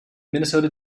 minnesota